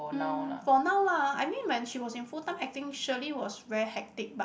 mm for now lah I mean when she was in full time acting surely was very hectic but